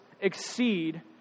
exceed